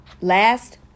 last